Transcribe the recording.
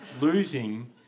losing